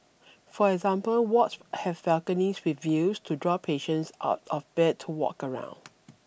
for example wards have balconies with views to draw patients out of bed to walk around